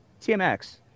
TMX